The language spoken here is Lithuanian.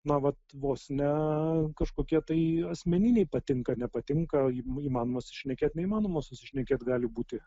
na vat vos ne kažkokie tai asmeniniai patinka nepatinka įmanoma susišnekėt neįmanoma susišnekėti gali būti